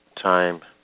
time